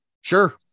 Sure